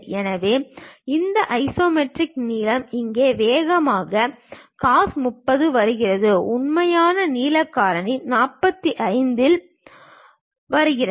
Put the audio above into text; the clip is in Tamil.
எனவே அந்த ஐசோமெட்ரிக் நீளம் இங்கே வேகமாக cos 30 வருகிறது உண்மையான நீள காரணி 45 இல் வருகிறது